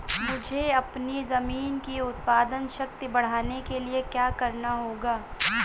मुझे अपनी ज़मीन की उत्पादन शक्ति बढ़ाने के लिए क्या करना होगा?